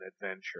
adventure